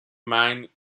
mine